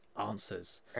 Answers